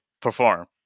perform